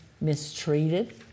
mistreated